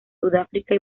sudáfrica